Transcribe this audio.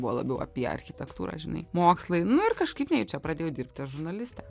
buvo labiau apie architektūrą žinai mokslai nu ir kažkaip nejučia pradėjau dirbti žurnaliste